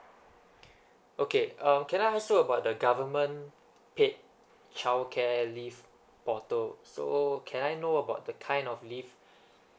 okay um can I ask also about the government paid childcare leave portal so can I know about the kind of leave